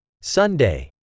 Sunday